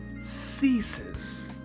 ceases